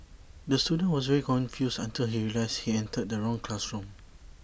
the student was very confused until he realised he entered the wrong classroom